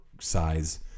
size